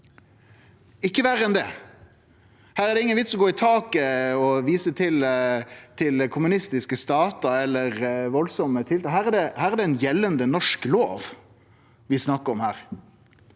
ikkje verre enn det. Her er det ingen vits i å gå i taket og vise til kommunistiske statar eller veldige tiltak. Det er ein gjeldande norsk lov vi snakkar om her.